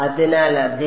അതിനാൽ അതെ